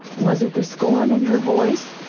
was it the scorn in her voice?